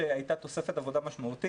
שהייתה תוספת עבודה משמעותית.